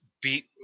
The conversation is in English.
beat